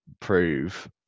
prove